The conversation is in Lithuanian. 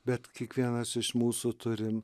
bet kiekvienas iš mūsų turim